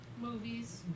Movies